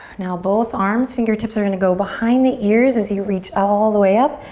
now both arms. fingertips are gonna go behind the ears as you reach all the way up.